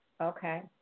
Okay